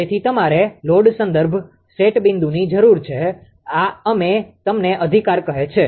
તેથી તમારે લોડ સંદર્ભ સેટ બિંદુની જરૂર છે આ અમે તમને અધિકાર કહે છે